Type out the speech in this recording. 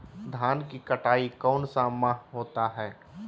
धान की कटाई कौन सा माह होता है?